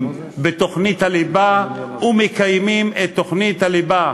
בתוכנית הליבה ומקיימים את תוכנית הליבה,